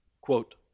quote